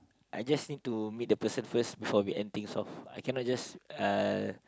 I just need to meet the person first before we end things off I cannot just